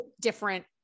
different